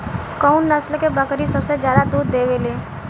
कउन नस्ल के बकरी सबसे ज्यादा दूध देवे लें?